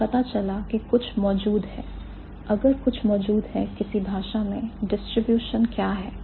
हमें पता चला कि कुछ मौजूद है अगर कुछ मौजूद है किसी भाषा में distribution क्या है